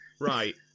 Right